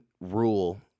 rule